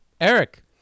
Eric